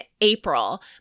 April